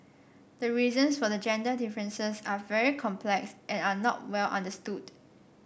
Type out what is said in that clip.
the reasons for the gender differences are very complex and are not well understood